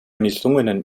misslungenen